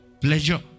Pleasure